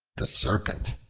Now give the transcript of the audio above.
the serpent,